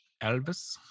Elvis